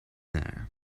there